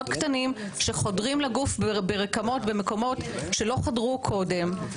קטנים שחודרים לגוף ברקמות במקומות שלא חדרו קודם.